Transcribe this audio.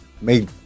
made